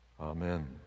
Amen